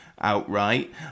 outright